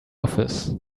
office